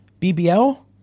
BBL